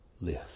live